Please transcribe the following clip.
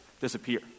disappear